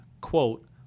quote